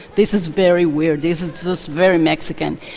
this is very weird, this is just very mexican.